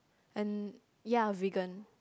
and ya vegan